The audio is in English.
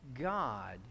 God